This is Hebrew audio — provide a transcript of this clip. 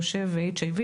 גושה ו-HIV,